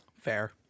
Fair